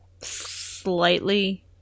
slightly